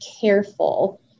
careful